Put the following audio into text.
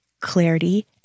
clarity